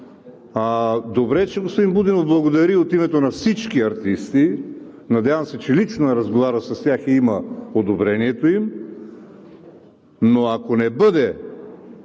Добре, че господин Будинов благодари от името на всички артисти. Надявам се, че лично е разговарял с тях и има одобрението им, но ако не бъде